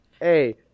hey